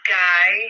guy